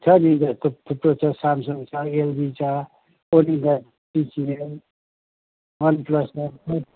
छ नि जस्तो थुप्रो छ स्यामसङ छ एलजी छ ओनिडा वान प्लस छ